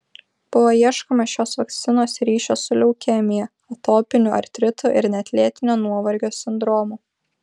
buvo ieškoma šios vakcinos ryšio su leukemija atopiniu artritu ir net lėtinio nuovargio sindromu